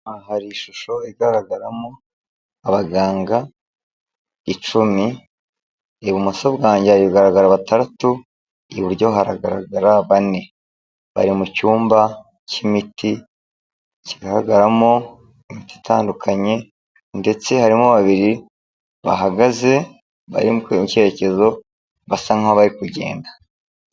Hari ishusho igaragaramo abaganga icumi, ibumoso bwanjye rigaragara bataraatu, iburyo haragaragara bane. Bari mu cyumba cy'imiti kigaragaramo imiti itandukanye ndetse harimo babiri bahagaze bari mu cyerekezo, basa nk'abari kugenda.